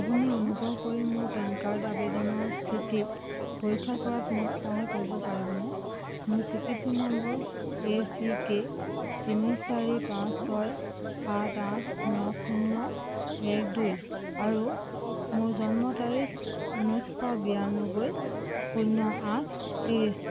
আপুনি অনুগ্ৰহ কৰি মোৰ পেন কাৰ্ড আবেদনৰ স্থিতি পৰীক্ষা কৰাত মোক সহায় কৰিব পাৰিবনে মোৰ স্বীকৃতি নম্বৰ এ চি কে তিনি চাৰি পাঁচ ছয় সাত আঠ ন শূন্য এক দুই আৰু মোৰ জন্ম তাৰিখ ঊনৈছশ বিৰানব্বৈ শূন্য আঠ তিৰিছ